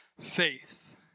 faith